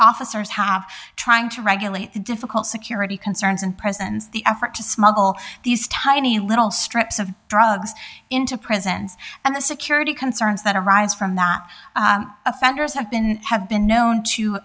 officers have trying to regulate the difficult security concerns and presents the effort to smuggle these tiny little strips of drugs into prisons and the security concerns that arise from that offenders have been have been known to